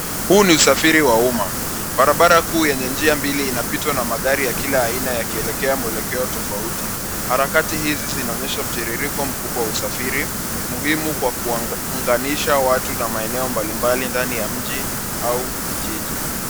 Huu ni usafiri wa umma. Barabara kuu yenye njia mbili inapitwa na magari ya kila aina yakielekea mwelekeo tofauti. Harakati izi zinaonyesha mtiririko mkubwa wa usafiri muhimu kwa kuwaunganisha watu na maeneo mbalimbali ndani ya mji au vijiji.